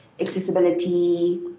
accessibility